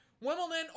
Wimbledon